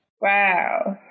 Wow